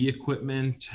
equipment